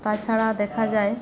তাছাড়া দেখা যায়